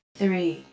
three